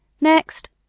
Next